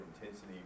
intensity